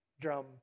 drum